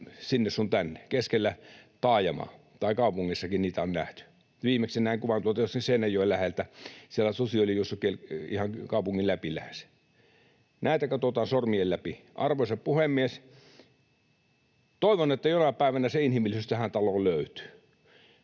sinne sun tänne keskellä taajamaa, ja kaupungissakin niitä on nähty. Viimeksi näin kuvan jostakin Seinäjoen läheltä. Siellä susi oli juossut lähes ihan kaupungin läpi. Näitä katsotaan sormien läpi. Arvoisa puhemies! Toivon, että jonain päivänä se inhimillisyys tähän taloon löytyy.